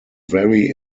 very